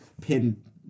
pin